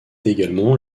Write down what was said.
également